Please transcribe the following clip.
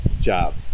job